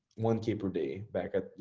one k per day back at,